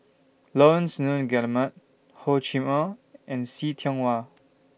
Laurence Nunns Guillemard Hor Chim Or and See Tiong Wah